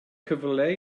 cyfle